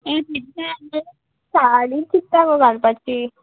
साडी चितता गो घालपाची